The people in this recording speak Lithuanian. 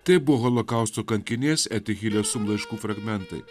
tai bu holokausto kankinės etihilės sum laiškų fragmentai